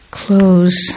close